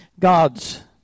God's